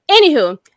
Anywho